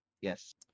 Yes